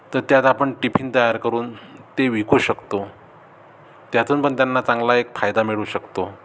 तर त्यात आपण टिफिन तयार करून ते विकू शकतो त्यातून पण त्यांना चांगला एक फायदा मिळू शकतो